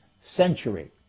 century